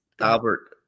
albert